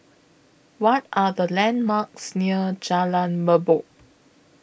What Are The landmarks near Jalan Merbok